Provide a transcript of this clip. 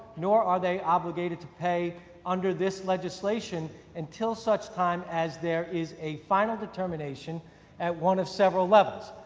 nor are they obligated to pay under this legislation until such time as there is a final determination at one of several levels,